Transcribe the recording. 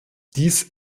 dies